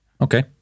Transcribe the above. Okay